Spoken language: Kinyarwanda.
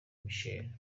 michael